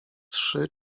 trzy